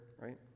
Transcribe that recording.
right